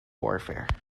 warfare